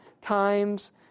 times